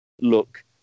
look